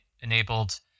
enabled